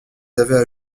avaient